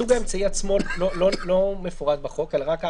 סוג האמצעי עצמו לא מפורט בחוק אלא רק ההגדרה,